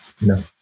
No